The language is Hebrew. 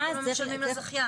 צריך לשלם לזכיין.